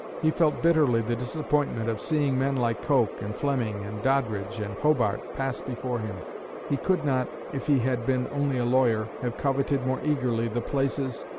he felt bitterly the disappointment of seeing men like coke and fleming and doddridge and hobart pass before him he could not, if he had been only a lawyer, have coveted more eagerly the places,